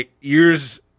Years